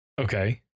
Okay